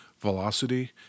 velocity